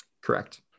Correct